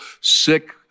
sick